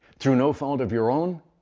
through no fault of your own,